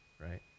right